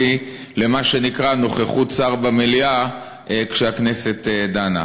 למה שנקרא נוכחות שר במליאה כשהכנסת דנה.